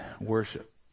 worship